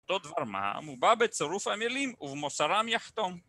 אותו דבר מה, הוא בא בצירוף המילים ובמוסרם יחתום